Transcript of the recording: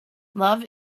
love